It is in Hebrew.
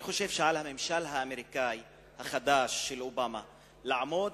אני חושב שעל הממשל האמריקני החדש של אובמה לעמוד